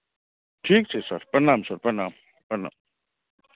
ठीक छै सर प्रणाम सर प्रणाम प्रणाम